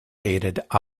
gated